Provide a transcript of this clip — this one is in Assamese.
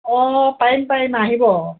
অঁ পাৰিম পাৰিম আহিব